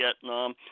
Vietnam